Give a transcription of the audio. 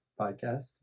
podcast